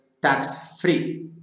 Tax-free